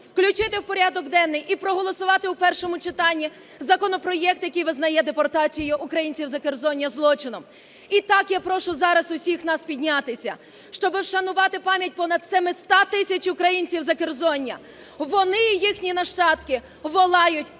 включити в порядок денний і проголосувати у першому читанні законопроект, який визнає депортацію українців Закерзоння злочином. І так я прошу зараз всіх нас піднятися, щоби вшанувати пам'ять понад 700 тисяч українців Закерзоння. Вони і їхні нащадки волають